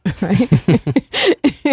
right